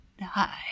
die